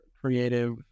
creative